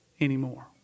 anymore